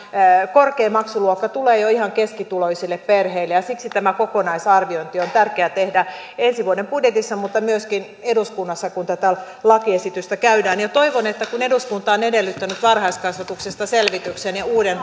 korkein maksuluokka tulee jo ihan keskituloisille perheille ja siksi tämä kokonaisarviointi on tärkeä tehdä ensi vuoden budjetissa mutta myöskin eduskunnassa kun tätä lakiesitystä käydään läpi toivon että kun eduskunta on edellyttänyt varhaiskasvatuksesta selvityksen ja uuden